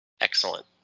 excellent